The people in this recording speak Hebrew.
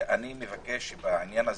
אני מבקש שבעניין הזה,